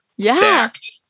stacked